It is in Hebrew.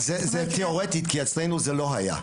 זה תיאורטית, כי אצלנו זה לא היה.